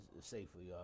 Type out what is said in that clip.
safely